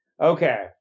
Okay